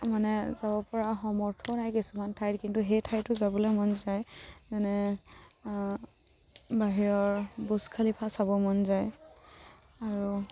মানে যাব পৰাৰ সামৰ্থও নাই কিছুমান ঠাইত কিন্তু সেই ঠাইতো যাবলৈ মন যায় যেনে বাহিৰৰ বুৰ্জ খালিফা চাব মন যায় আৰু